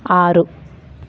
ఆరు